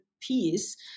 peace